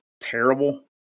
terrible